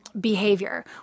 behavior